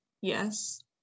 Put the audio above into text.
Yes